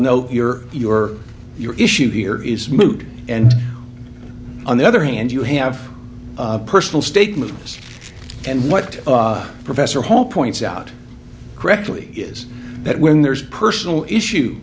no you're you're you're issue here is moot and on the other hand you have a personal statement and what professor hall points out correctly is that when there's personal issue